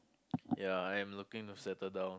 ya I'm looking to settle down